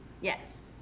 Yes